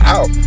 Out